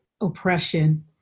oppression